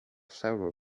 several